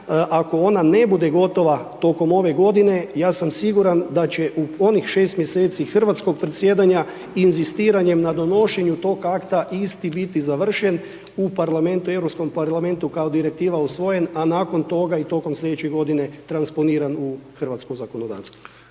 Ako ona ne bude gotova tokom ove godine, ja sam siguran da će u onih 6 mjeseci hrvatskog predsjedanja inzistiranjem na donošenju toga akta, isti biti završen u Parlamentu, Europskom Parlamentu, kao Direktiva usvojen, a nakon toga i tokom slijedeće godine transponiran u hrvatsko zakonodavstvo.